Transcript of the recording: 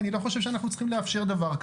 אני לא חושב שאנחנו צריכים לאפשר דבר.